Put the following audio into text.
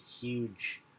huge